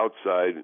outside